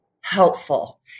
helpful